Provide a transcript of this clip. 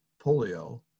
polio